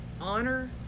honor